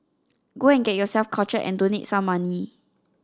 go and get yourself cultured and donate some money